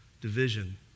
division